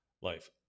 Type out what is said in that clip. life